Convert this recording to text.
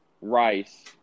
rice